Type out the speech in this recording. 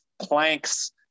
planks